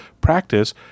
practice